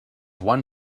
one